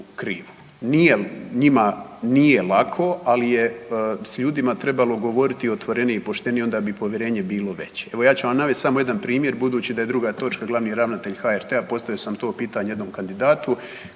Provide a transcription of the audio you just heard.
krivu. Nije njima nije lako, ali je s ljudima trebalo govoriti otvorenije i poštenije onda bi i povjerenje bilo veće. Evo ja ću vam navest samo jedan primjer budući da je druga točka glavni ravnatelj HRT-a, postavio sam to pitanje jednom kandidatu